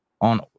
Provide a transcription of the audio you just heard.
on